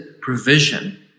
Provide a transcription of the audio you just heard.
provision